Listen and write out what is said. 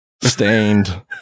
Stained